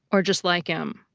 or just like him?